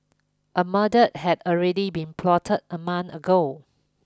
a murder had already been plotted a month ago